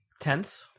Tense